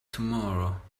tomorrow